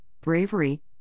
bravery